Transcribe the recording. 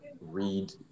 read